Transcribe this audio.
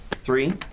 Three